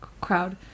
crowd